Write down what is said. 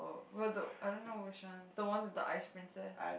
what the I don't know which one the one with the ice princess